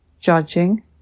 judging